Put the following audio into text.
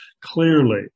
clearly